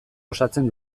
osatzen